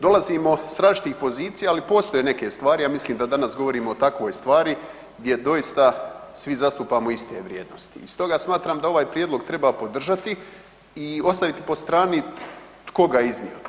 Dolazimo s različitih pozicija, ali postoje neke stvari, ja mislim da danas govorimo o takvoj stvari gdje doista svi zastupamo iste vrijednosti i stoga smatram da ovaj prijedlog treba podržati i ostaviti po strani tko ga je iznio.